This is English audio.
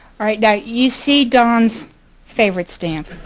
ah yeah you see don's favorite stamp.